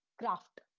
craft